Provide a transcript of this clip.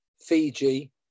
Fiji